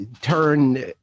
turn